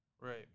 Right